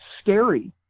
scary